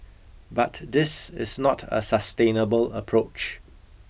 but this is not a sustainable approach